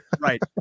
Right